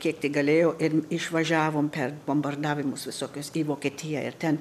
kiek tik galėjo ir išvažiavom per bombardavimus visokius į vokietiją ir ten